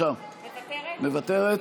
מוותרת,